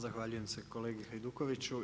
Zahvaljujem se kolegi Hajdukoviću.